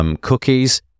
cookies